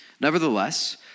Nevertheless